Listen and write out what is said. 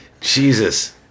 Jesus